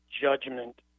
judgment